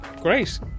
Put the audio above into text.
Great